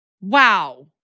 Wow